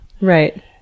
right